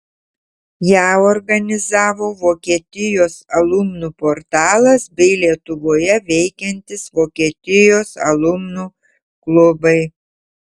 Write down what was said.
ją organizavo vokietijos alumnų portalas bei lietuvoje veikiantys vokietijos alumnų klubai